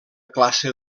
classe